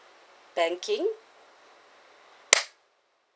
banking